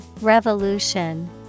Revolution